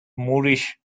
moorish